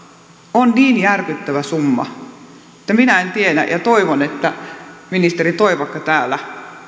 on niin järkyttävä summa että minä en tiedä ja toivon että ministeri toivakka täällä